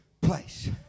place